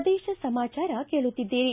ಪ್ರದೇಶ ಸಮಾಚಾರ ಕೇಳುತ್ತಿದ್ದೀರಿ